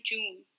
June